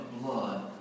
blood